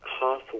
half